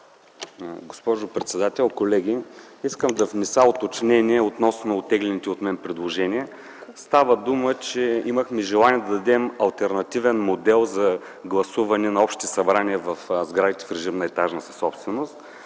Госпожо председател, колеги! Искам да внеса уточнение относно оттеглените от мен предложения. Става дума, че имахме желание да дадем алтернативен модел за гласуване на общи събрания в сградите в режим на етажна собственост,